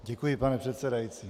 Děkuji, pane předsedající.